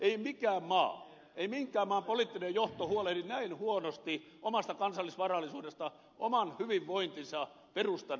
ei mikään maa ei minkään maan poliittinen johto huolehdi näin huonosti omasta kansallisvarallisuudestaan oman hyvinvointinsa perustan varmistamisesta